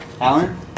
Alan